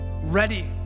ready